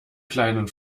kleinen